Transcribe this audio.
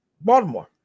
Baltimore